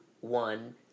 one